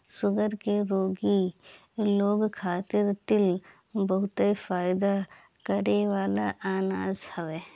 sugar के रोगी लोग खातिर तिल बहुते फायदा करेवाला अनाज हवे